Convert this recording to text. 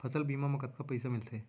फसल बीमा म कतका पइसा मिलथे?